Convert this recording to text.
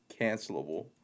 cancelable